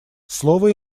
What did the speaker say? слово